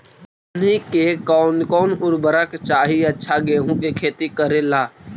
हमनी के कौन कौन उर्वरक चाही अच्छा गेंहू के खेती करेला?